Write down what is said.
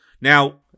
Now